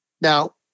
Now